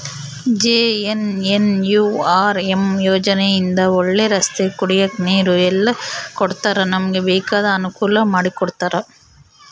JNNURM ಯೋಜನೆ ಇಂದ ಒಳ್ಳೆ ರಸ್ತೆ ಕುಡಿಯಕ್ ನೀರು ಎಲ್ಲ ಕೊಡ್ತಾರ ನಮ್ಗೆ ಬೇಕಾದ ಅನುಕೂಲ ಮಾಡಿಕೊಡ್ತರ